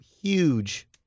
huge